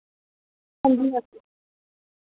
हांजी